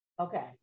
Okay